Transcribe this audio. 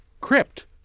crypt